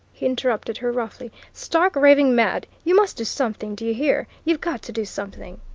he interrupted her roughly stark, raving mad! you must do something, do you hear? you've got to do something.